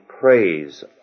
praise